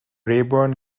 rayburn